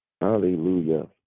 Hallelujah